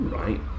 right